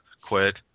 quit